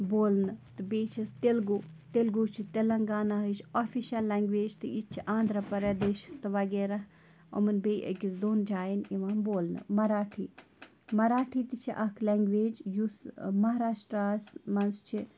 بولنہٕ تہٕ بیٚیہِ چھَس تِلگوٗ تیٚلگوٗ چھِ تِلنٛگانہٕچ آفِشَل لینٛگویج تہٕ یہِ تہِ چھِ آندھرٛا پرٛدیشَس تہٕ وغیرہ یِمَن بیٚیہِ أکِس دۄن جایَن یِوان بولنہٕ مَراٹھی مَراٹھی تہِ چھِ اَکھ لینٛگویج یُس مہاراسٹرٛاہَس منٛز چھِ